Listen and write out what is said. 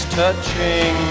touching